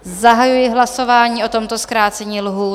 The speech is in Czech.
Zahajuji hlasování o tomto zkrácení lhůt.